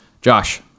Josh